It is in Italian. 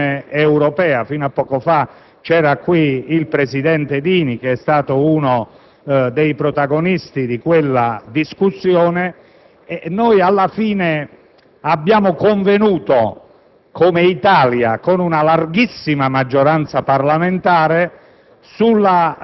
Convenzione europea. Fino a poco fa era presente il presidente Dini, che è stato uno dei protagonisti di quella discussione. Alla fine abbiamo convenuto, come Italia, con una larghissima maggioranza parlamentare,